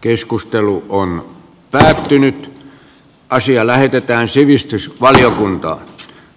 keskustelu on päättynyt ja asia lähetetään sivistysvaliokuntaan